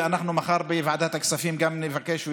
ומחר בוועדת הכספים נבקש,